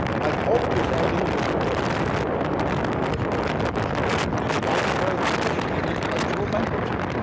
i hope this argument is recorded because what you have just heard is a voluntary petition in intellectual bankruptcy